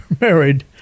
married